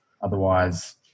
Otherwise